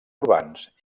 urbans